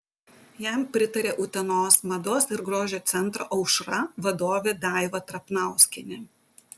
jam pritarė utenos mados ir grožio centro aušra vadovė daiva trapnauskienė